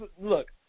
look